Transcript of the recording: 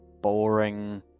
boring